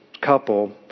couple